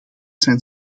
zijn